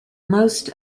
most